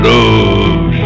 Love